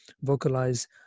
vocalize